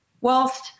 whilst